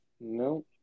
No